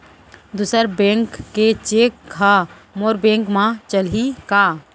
दूसर बैंक के चेक ह मोर बैंक म चलही का?